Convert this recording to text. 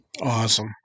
Awesome